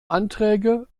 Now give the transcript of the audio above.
anträge